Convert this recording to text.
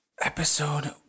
Episode